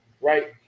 right